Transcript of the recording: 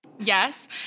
Yes